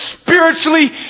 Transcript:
spiritually